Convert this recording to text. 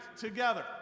together